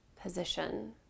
position